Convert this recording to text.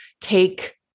take